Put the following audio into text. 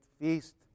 feast